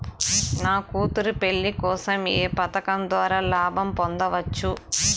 నా కూతురు పెళ్లి కోసం ఏ పథకం ద్వారా లాభం పొందవచ్చు?